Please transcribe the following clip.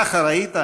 ככה ראית?